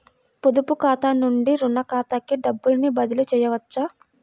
పొదుపు ఖాతా నుండీ, రుణ ఖాతాకి డబ్బు బదిలీ చేయవచ్చా?